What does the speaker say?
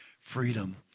freedom